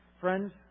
Friends